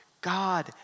God